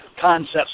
concepts